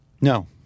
No